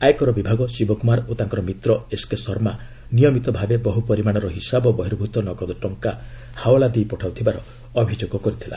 ଆୟକର ବିଭାଗ ଶିବ କୁମାର ଓ ତାଙ୍କର ମିତ୍ର ଏସ୍କେ ଶର୍ମା ନିୟମିତ ଭାବେ ବହୁ ପରିମାଣର ହିସାବ ବର୍ହିଭୁତ ନଗଦ ଟଙ୍କା ହାଓଲା ଦେଇ ପଠାଉଥିବାର ଅଭିଯୋଗ କରିଥିଲା